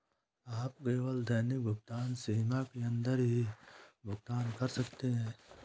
आप केवल दैनिक भुगतान सीमा के अंदर ही भुगतान कर सकते है